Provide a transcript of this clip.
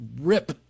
rip